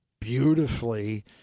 beautifully